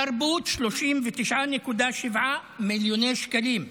תרבות, 39.7 מיליוני שקלים,